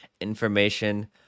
information